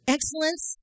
Excellence